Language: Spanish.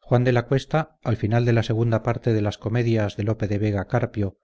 juan de la cuesta al final de la segunda parte de las comedias de lope de vega carpio